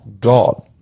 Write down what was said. God